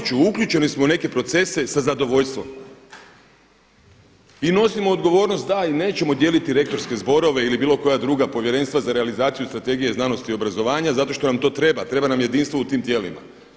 I ponovit ću uključeni smo u neke procese sa zadovoljstvom i nosimo odgovornost i da i nećemo dijeliti rektorske zborove ili bilo koja druga povjerenstva za realizaciju Strategije znanosti i obrazovanja zato što nam to treba, treba nam jedinstvo u tim tijelima.